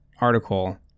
article